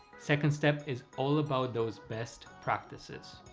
second step is all about those best practices.